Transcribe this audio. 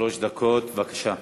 שלוש דקות, בבקשה.